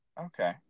Okay